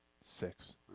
six